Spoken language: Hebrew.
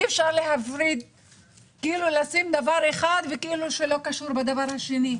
אי אפשר לשים דבר אחד כאילו שהוא לא קשור לדבר השני.